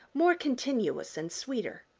more continuous and sweeter.